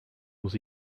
muss